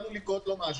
עלול לקרות לו משהו.